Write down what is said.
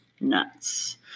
nuts